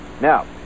Now